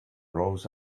rose